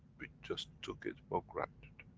we just took it for granted.